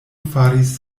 faris